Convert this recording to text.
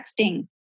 texting